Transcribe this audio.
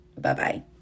Bye-bye